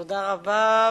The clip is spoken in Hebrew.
תודה רבה.